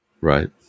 Right